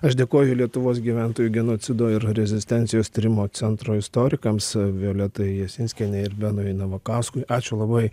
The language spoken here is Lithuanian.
aš dėkoju lietuvos gyventojų genocido ir rezistencijos tyrimo centro istorikams violetai jasinskienei ir benui navakauskui ačiū labai